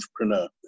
entrepreneur